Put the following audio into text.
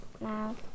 now